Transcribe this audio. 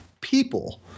people